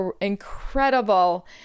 incredible